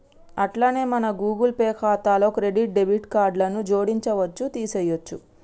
అట్లనే మన Google Pay ఖాతాలో క్రెడిట్ డెబిట్ కార్డులను జోడించవచ్చు తీసేయొచ్చు